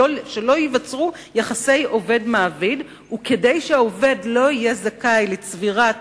שלא ייווצרו יחסי עובד ומעביד וכדי שהעובד לא יהיה זכאי לצבירת